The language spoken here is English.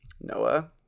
Noah